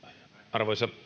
arvoisa